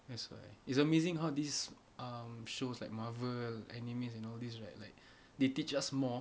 that's why it's amazing how this um shows like Marvel anime and all these right like they teach us more